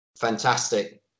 fantastic